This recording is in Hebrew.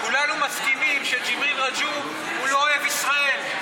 כולנו מסכימים שג'יבריל רג'וב הוא לא אוהב ישראל.